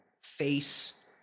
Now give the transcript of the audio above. face